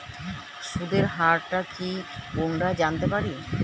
সুদের হার টা কি পুনরায় জানতে পারি?